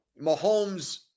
Mahomes